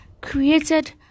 created